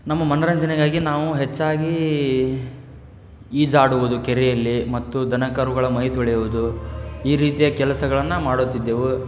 ನಮ್ಮ ಮನೋರಂಜನೆಗಾಗಿ ನಾವು ಹೆಚ್ಚಾಗಿ ಈಜಾಡುವುದು ಕೆರೆಯಲ್ಲಿ ಮತ್ತು ದನಕರುಗಳ ಮೈ ತೊಳೆಯುವುದು ಈ ರೀತಿಯ ಕೆಲಸಗಳನ್ನು ಮಾಡುತ್ತಿದ್ದೆವು